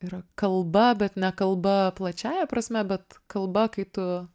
yra kalba bet ne kalba plačiąja prasme bet kalba kai tu